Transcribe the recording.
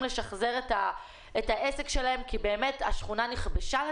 לשחזר את העסק שלהם כי באמת השכונה נכבשה?